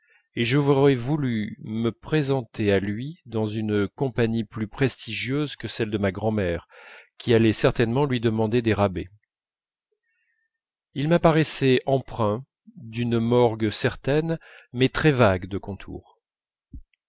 et j'aurais voulu me présenter à lui dans une compagnie plus prestigieuse que celle de ma grand'mère qui allait certainement lui demander des rabais il m'apparaissait empreint d'une morgue certaine mais très vague de contours